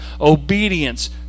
obedience